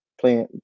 playing